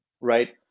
right